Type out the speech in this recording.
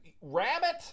rabbit